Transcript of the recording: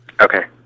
Okay